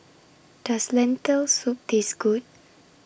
Does Lentil Soup Taste Good